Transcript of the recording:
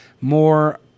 more